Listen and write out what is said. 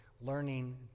learning